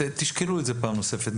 תשקלו את זה פעם נוספת.